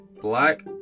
Black